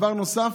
דבר נוסף: